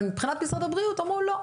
אבל מבחינת משרד הבריאות אמרו 'לא,